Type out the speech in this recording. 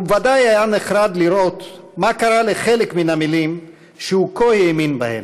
הוא בוודאי היה נחרד לראות מה קרה לחלק מהמילים שהוא כה האמין בהן.